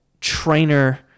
trainer